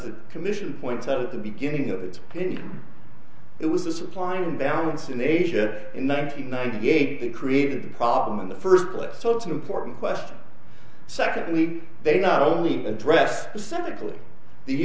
the commission points out at the beginning of its opinion it was the supplying balance in asia in ninety ninety eight that created the problem in the first place so it's an important question secondly they not only addressed specifically the